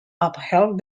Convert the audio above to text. upheld